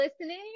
listening